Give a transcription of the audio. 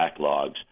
backlogs